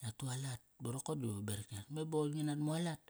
nga tualat ba rorko da berak ngiaes. Me ba qoir ngi nat mualat.